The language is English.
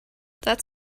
that